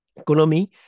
Economy